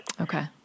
Okay